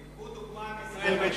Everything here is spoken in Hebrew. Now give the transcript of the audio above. תיקחו דוגמה מישראל ביתנו.